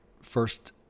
First